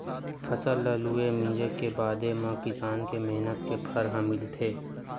फसल ल लूए, मिंजे के बादे म किसान के मेहनत के फर ह मिलथे